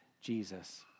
Jesus